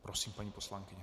Prosím, paní poslankyně.